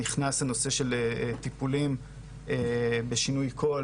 הנושא של טיפולים לשינוי קול,